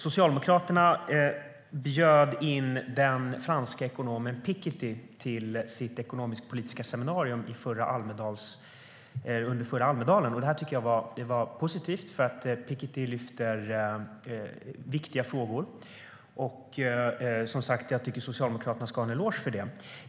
Socialdemokraterna bjöd in den franske ekonomen Picketty till sitt ekonomiskpolitiska seminarium i Almedalen förra året. Det var positivt eftersom Picketty lyfter upp viktiga frågor. Socialdemokraterna ska ha en eloge för det.